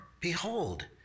Behold